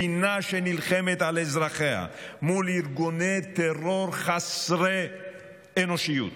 מדינה שנלחמת על אזרחיה מול ארגוני טרור חסרי אנושיות,